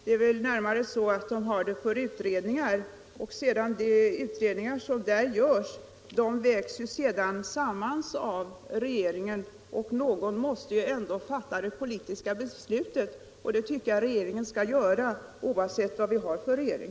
Det är väl riktigare att säga att de har det för utredningar. Dessa utredningar vägs samman av regeringen, och någon måste ändå fatta det politiska beslutet. Det tycker jag regeringen skall göra, oavsett vad vi har för en regering.